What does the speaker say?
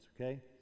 okay